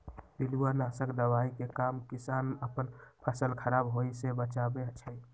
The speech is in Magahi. पिलुआ नाशक दवाइ के काम किसान अप्पन फसल ख़राप होय् से बचबै छइ